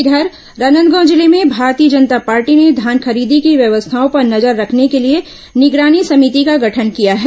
इधर राजनांदगांव जिले में भारतीय जनता पार्टी ने धान खरीदी की व्यवस्थाओं पर नजर रेखने के लिए निगरानी समिति का गठन किया है